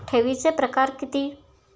ठेवीचे प्रकार किती?